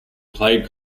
played